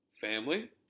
Family